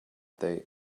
they